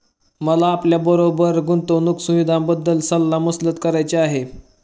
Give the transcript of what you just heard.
मला आपल्याबरोबर गुंतवणुक सुविधांबद्दल सल्ला मसलत करायची आहे